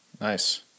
Nice